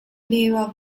lieber